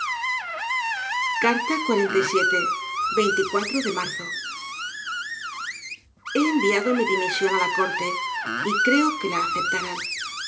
z p he enviado mi dimisión á la corte y creo que la aceptarán